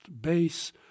base